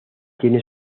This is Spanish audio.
tiene